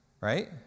right